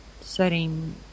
setting